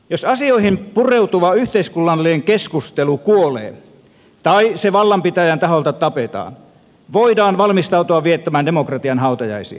jos asioihin pureutuva yhteiskunnallinen keskustelu kuolee tai se vallanpitäjän taholta tapetaan voidaan valmistautua viettämään demokratian hautajaisia